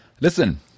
listen